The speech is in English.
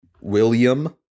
william